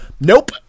Nope